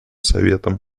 советом